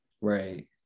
Right